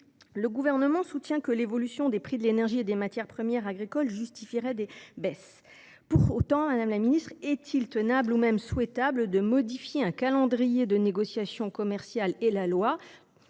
Le Gouvernement soutient que l’évolution des prix de l’énergie et des matières premières agricoles justifierait des baisses. Madame la ministre, est il toutefois tenable ou souhaitable de modifier un calendrier de négociations commerciales et de